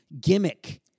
gimmick